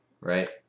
right